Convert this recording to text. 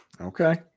Okay